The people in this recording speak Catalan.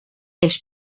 els